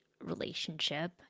relationship